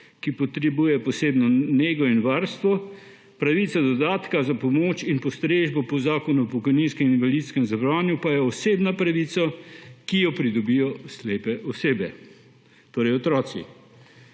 ki potrebuje posebno nego in varstvo, pravica do dodatka za pomoč in postrežbo po Zakonu o pokojninskem in invalidskem zavarovanju pa je osebna pravica, ki jo pridobijo slepe osebe, torej otroci.